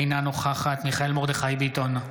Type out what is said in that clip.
אינה נוכחת מיכאל מרדכי ביטון,